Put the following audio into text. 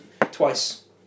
twice